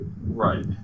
Right